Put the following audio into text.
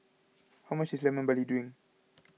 how much is Lemon Barley Drink